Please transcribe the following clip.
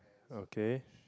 okay